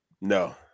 No